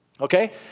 Okay